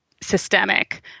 systemic